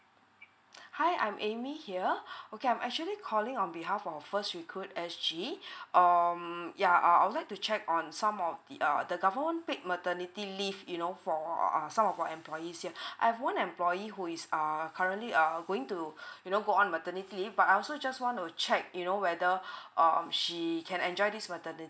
hi I'm amy here okay I'm actually calling on behalf of first recruit S_G um yeah I I would like to check on some of the err the government paid maternity leave you know for err some of our employees here I've one employee who is err currently err going to you know go on maternity leave but I also just want to check you know whether um she can enjoy this maternity